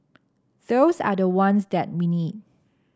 those are the ones that we need